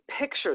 picture